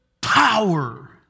power